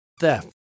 theft